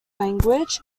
language